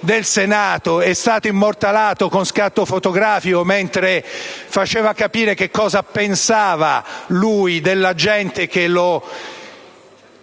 del Senato è stato immortalato con uno scatto fotografico mentre faceva capire che cosa pensava della gente che lo